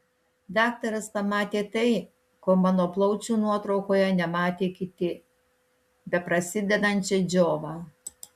daktaras pamatė tai ko mano plaučių nuotraukoje nematė kiti beprasidedančią džiovą